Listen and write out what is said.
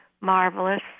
marvelous